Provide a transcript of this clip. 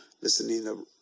listening